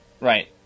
Right